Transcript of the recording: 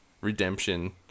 redemption